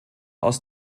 aus